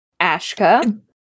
Ashka